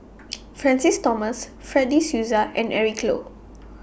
Francis Thomas Fred De Souza and Eric Low